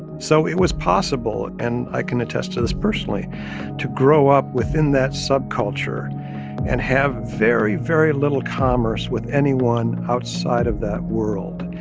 so it was possible and i can attest to this personally to grow up within that subculture and have very, very little commerce with anyone outside of that world.